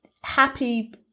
happy